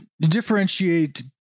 differentiate